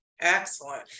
Excellent